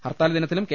ഹർത്താൽ ദിനത്തിലും കെ